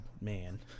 man